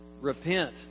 Repent